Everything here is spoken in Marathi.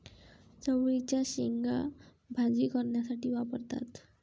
चवळीच्या शेंगा भाजी करण्यासाठी वापरतात